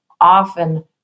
often